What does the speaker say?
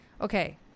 okay